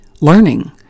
learning